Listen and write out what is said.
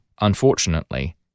unfortunately